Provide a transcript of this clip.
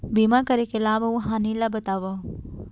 बीमा करे के लाभ अऊ हानि ला बतावव